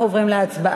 ואנחנו עוברים להצבעה.